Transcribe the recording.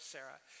Sarah